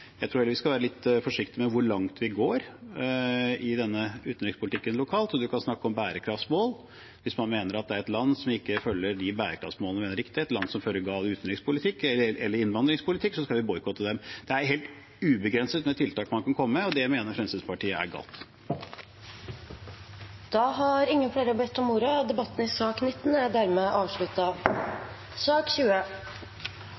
Jeg tror vi skal være litt forsiktig med hvor langt vi går i utenrikspolitikk lokalt. Man kan snakke om bærekraftsmål: Hvis man mener at det er et land som ikke følger bærekraftsmålene vi mener er riktig, eller hvis et land fører gal utenrikspolitikk eller innvandringspolitikk, skal vi boikotte dem. Det er helt ubegrenset med tiltak man kan komme med, og det mener Fremskrittspartiet er galt. Flere har ikke bedt om ordet til sak nr. 19. Etter ønske fra utenriks- og forsvarskomiteen vil presidenten ordne debatten